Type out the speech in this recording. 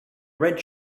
red